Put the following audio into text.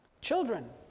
Children